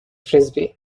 frisbee